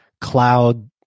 cloud